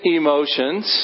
emotions